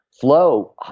flow